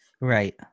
right